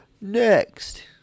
next